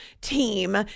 team